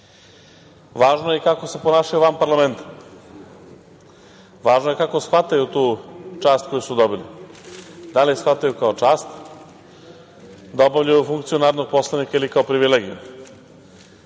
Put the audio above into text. Domu. Važno je i kako se ponašaju van parlamenta. Važno je kako shvataju tu čast koju su dobili, da li je shvataju kao čast, da obavljaju funkciju narodnog poslanika ili kao privilegiju. Mi